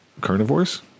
carnivores